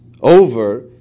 over